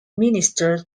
minister